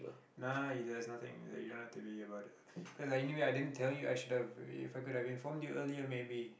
nah there's nothing you don't have to be about it cause anyway i didn't tell you I should have i~ if I could have informed you earlier maybe